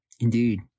Indeed